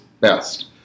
best